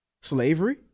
slavery